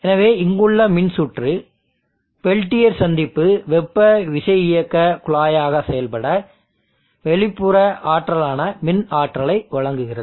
எனவே இங்குள்ள மின்சுற்று பெல்டியர் சந்திப்பு வெப்ப விசையியக்கக் குழாயாக செயல்பட வெளிப்புற ஆற்றலான மின் ஆற்றலை வழங்குகிறது